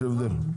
יש הבדל.